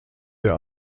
der